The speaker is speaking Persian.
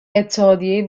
اتحادیه